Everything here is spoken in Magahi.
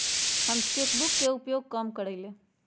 हम चेक बुक के उपयोग कम करइले